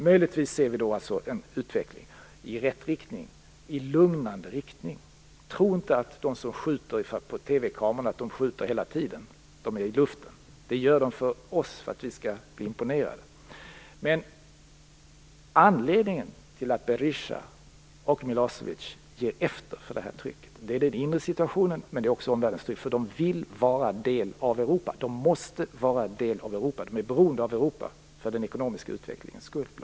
Möjligtvis ser vi en utveckling i rätt riktning, i lugnande riktning. Tro inte att de som skjuter inför TV-kamerorna skjuter hela tiden; de gör det för att vi skall bli imponerade. Anledningen till att Berisha och Milosevic ger efter för det här trycket är den inre situationen. Men det är också att de vill vara en del av Europa. De måste vara en del av Europa. De är beroende av Europa för bl.a. den ekonomiska utvecklingens skull.